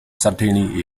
certainly